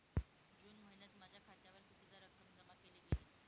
जून महिन्यात माझ्या खात्यावर कितीदा रक्कम जमा केली गेली?